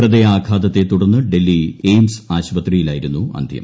ഹൃദയാഘാതത്തെ തുടർന്ന് ഡൽഹി എയിംസ് ആശുപത്രിയിലായിരുന്നു അന്ത്യം